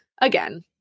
again